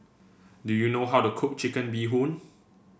do you know how to cook Chicken Bee Hoon